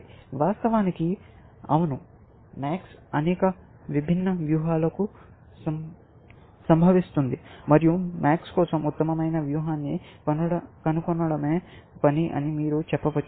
వాస్తవానికి అవును MAX అనేక విభిన్న వ్యూహాలకు సంభవిస్తుంది మరియు MAX కోసం ఉత్తమమైన వ్యూహాన్ని కనుగొనడమే పని అని మీరు చెప్పవచ్చు